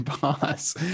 boss